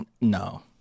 no